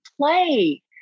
play